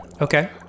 Okay